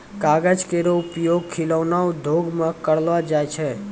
कागज केरो उपयोग खिलौना उद्योग म करलो जाय छै